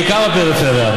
בעיקר בפריפריה.